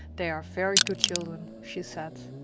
they are very good children, she said.